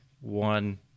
one